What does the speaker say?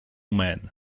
man